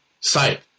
site